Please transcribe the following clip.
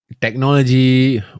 Technology